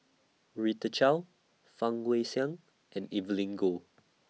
Rita Chao Fang Guixiang and Evelyn Goh